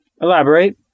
Elaborate